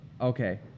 okay